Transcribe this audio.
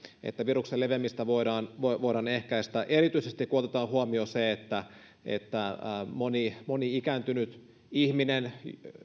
että viruksen leviämistä voidaan voidaan ehkäistä erityisesti kun otetaan huomioon se että että moni moni ikääntynyt ihminen